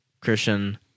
Christian